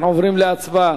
אנחנו עוברים להצבעה,